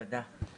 תודה.